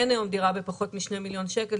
אין היום דירה בפחות מ-2 מיליון שקל,